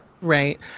Right